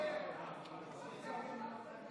חוק שירות המדינה (מינויים)